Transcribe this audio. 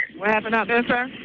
what happened out there, sir?